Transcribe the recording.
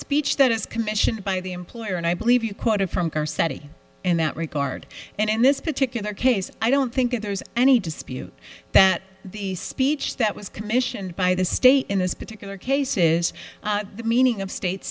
speech that is commissioned by the employer and i believe you quoted from our city in that regard and in this particular case i don't think there's any dispute that the speech that was commissioned by the state in this particular case is the meaning of state